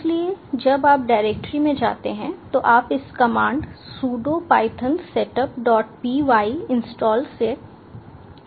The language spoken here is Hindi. इसलिए जब आप डायरेक्टरी में जाते हैं तो आप इस command sudo python setuppy install से लाइब्रेरी को इंस्टॉल करते हैं